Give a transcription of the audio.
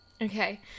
Okay